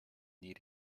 need